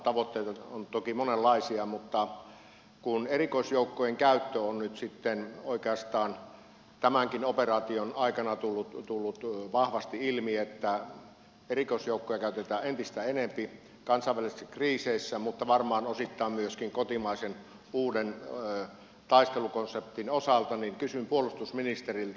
tavoitteita on toki monenlaisia mutta kun on nyt sitten oikeastaan tämänkin operaation aikana tullut vahvasti ilmi että erikoisjoukkoja käytetään entistä enempi kansainvälisissä kriiseissä mutta varmaan osittain myöskin kotimaisen uuden taistelukonseptin osalta niin kysyn puolustusministeriltä